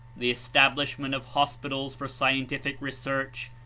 the establishment of hospitals for scientific research,